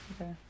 okay